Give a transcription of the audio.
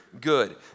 good